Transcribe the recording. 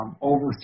over